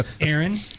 Aaron